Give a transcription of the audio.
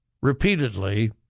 repeatedly